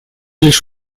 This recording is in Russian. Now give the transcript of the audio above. лишь